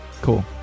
Cool